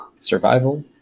Survival